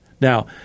Now